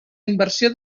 inversió